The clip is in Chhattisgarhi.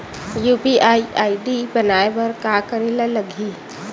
यू.पी.आई आई.डी बनाये बर का करे ल लगही?